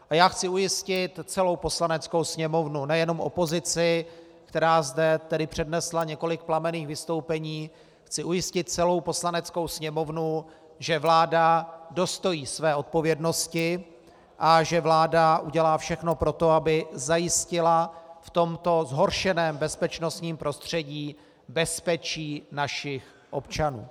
A já chci ujistit celou Poslaneckou sněmovnu, nejenom opozici, která zde tedy přednesla několik plamenných vystoupení, chci ujistit celou Poslaneckou sněmovnu, že vláda dostojí své odpovědnosti a že vláda udělá všechno pro to, aby zajistila v tomto zhoršeném bezpečnostním prostředí bezpečí našich občanů.